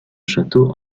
château